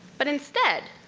but instead,